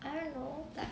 I don't know like